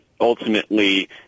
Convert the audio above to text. ultimately